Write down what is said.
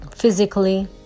Physically